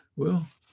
well,